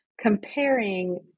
comparing